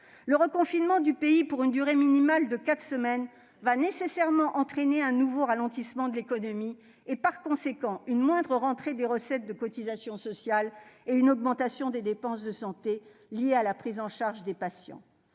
Le reconfinement du pays pour une durée minimale de quatre semaines entraînera nécessairement un nouveau ralentissement de l'économie et, par conséquent, de moindres rentrées de cotisations sociales et une augmentation des dépenses de santé liées à la prise en charge des patients.